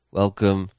welcome